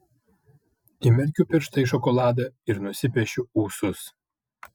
įmerkiu pirštą į šokoladą ir nusipiešiu ūsus